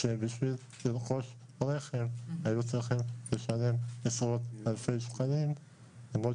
שכדי לרכוש רכב היו צריכים לשלם עשרות אלפי שקלים למרות